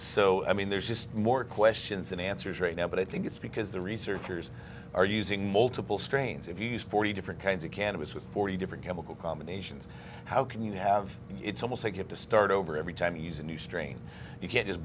so i mean there's just more questions than answers right now but i think it's because the researchers are using multiple strains if you use forty different kinds of cannabis with forty different chemical combinations how can you have it's almost like have to start over every time you use a new strain you can't just